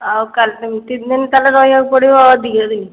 ଆଉ କାଲି ତିନିଦିନି ତାହେଲେ ରହିବାକୁ ପଡ଼ିବ ଅଧିକ